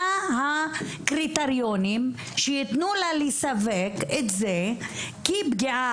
מה הקריטריונים שייתנו לה לסווג את זה כפגיעה